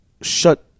shut